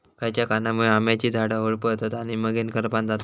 खयच्या कारणांमुळे आम्याची झाडा होरपळतत आणि मगेन करपान जातत?